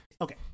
okay